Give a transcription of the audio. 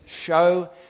show